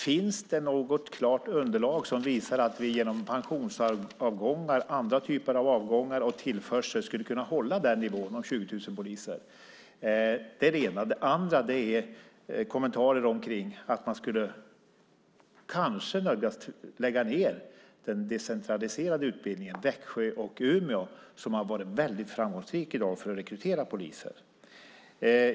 Finns det något klart underlag som visar att vi genom pensionsavgångar, andra typer av avgångar och tillförsel skulle kunna hålla nivån 20 000 poliser? Det är det ena. Det andra gäller kommentaren att man kanske skulle nödgas lägga ned de decentraliserade utbildningarna, de i Växjö och Umeå, som varit väldigt framgångsrika när det gällt att rekrytera poliser.